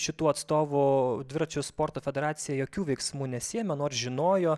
šitų atstovų dviračių sporto federacija jokių veiksmų nesiėmė nors žinojo